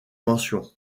mention